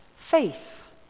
Faith